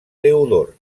teodor